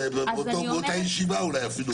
באותה ישיבה אולי אפילו.